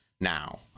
now